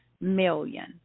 million